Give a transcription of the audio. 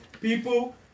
people